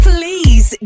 Please